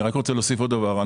אני רוצה להוסיף עוד דבר.